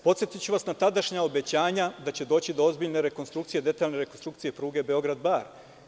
Podsetiću vas na tadašnja obećanja da će doći do ozbiljne rekonstrukcije, detaljne rekonstrukcije pruge Beograd – Bar.